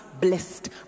blessed